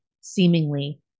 seemingly